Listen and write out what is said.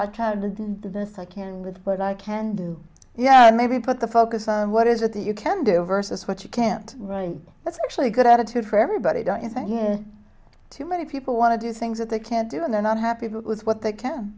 tried to do the best i can with what i can do yet maybe put the focus on what is it that you can do versus what you can't write and that's actually a good attitude for everybody don't you think too many people want to do things that they can't do and they're not happy with what they can